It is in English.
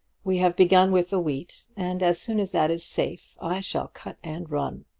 we have begun with the wheat, and as soon as that is safe i shall cut and run.